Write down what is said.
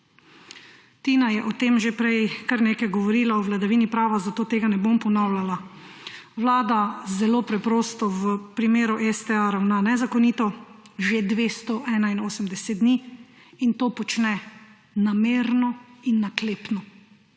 Tina je o tem že prej kar nekaj govorila, o vladavini prava, zato tega ne bom ponavljala. Vlada, zelo preprosto, v primeru STA ravna nezakonito že 281 dni in to počne namerno in naklepno.